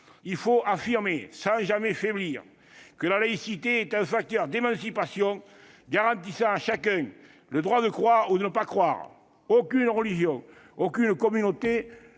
il faut affirmer, sans jamais faiblir, que la laïcité est un facteur d'émancipation garantissant à chacun le droit de croire ou de ne pas croire. Aucune religion ou communauté